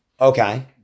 Okay